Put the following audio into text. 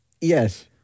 Yes